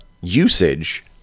usage